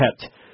kept